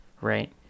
right